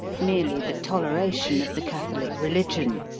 merely the toleration of the catholic religion.